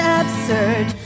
absurd